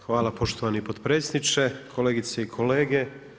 Hvala poštovani potpredsjedniče, kolegice i kolege.